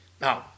Now